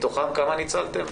מתוכם כמה ניצלתם?